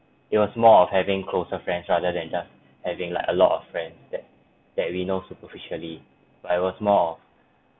it was more of having closer friends rather than just having like a lot of friends that that we know superficially but it was more